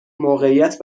موقعیت